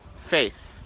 faith